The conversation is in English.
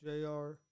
Jr